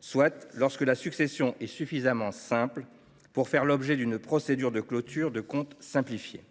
soit lorsque la succession est suffisamment simple pour faire l’objet d’une procédure de clôture de compte simplifiée.